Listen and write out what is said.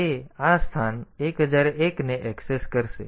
તેથી તે આ સ્થાન 1001 ને ઍક્સેસ કરશે જે આ 0 મેળવશે